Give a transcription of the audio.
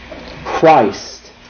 Christ